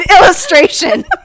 illustration